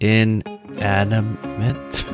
inanimate